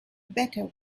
better